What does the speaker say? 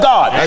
God